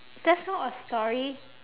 that's not a story